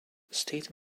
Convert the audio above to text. state